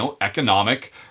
economic